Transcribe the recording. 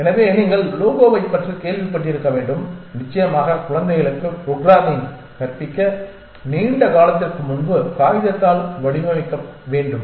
எனவே நீங்கள் லோகோவைப் பற்றி கேள்விப்பட்டிருக்க வேண்டும் நிச்சயமாக குழந்தைகளுக்கு புரோகிராமிங் கற்பிக்க நீண்ட காலத்திற்கு முன்பு காகிதத்தால் வடிவமைக்க வேண்டும்